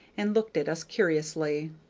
and looked at us curiously.